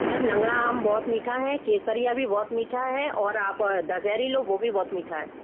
ma'am लंगड़ा आम बहुत मीठा है केसरिया आम भी बहुत मीठा है और आप दसेहरी लो वो भी बहुत मीठा है